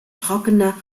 trockener